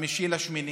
5 באוגוסט,